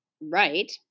right